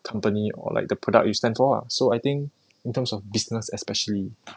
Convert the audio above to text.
company or like the product you stand for ah so I think in terms of business especially